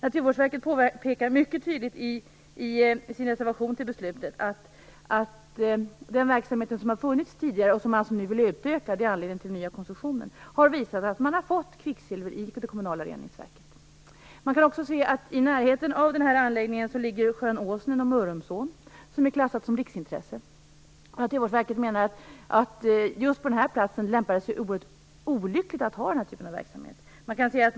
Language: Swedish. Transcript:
Naturvårdsverket påpekar i sin reservation till beslutet att den verksamhet som har funnits tidigare, och som man alltså nu vill utöka - det är anledningen till den nya koncessionen, har lett till att man har fått kvicksilver i det kommunala reningsverket. Man kan också se att sjön Åsen och Mörrumsån ligger i närheten av denna anläggning. Det är klassat som riksintresse. Naturvårdsverket menar att det just på den här platsen lämpar sig oerhört illa att ha denna typ verksamhet.